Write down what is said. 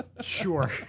Sure